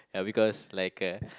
ya because like a